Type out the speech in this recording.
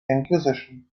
inquisition